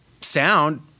sound